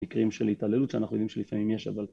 מקרים של התעללות שאנחנו יודעים שלפעמים יש אבל